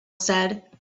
said